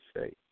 say